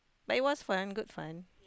but it was fun good fun